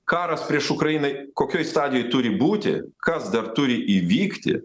karas prieš ukrainą kokioj stadijoj turi būti kas dar turi įvykti